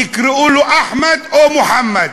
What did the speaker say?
יקראו לו אחמד או מוחמד,